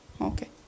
Okay